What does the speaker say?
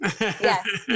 Yes